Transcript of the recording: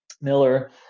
Miller